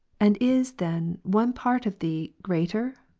and is, then, one part of thee greater,